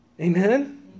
Amen